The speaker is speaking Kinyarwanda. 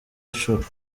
inshuro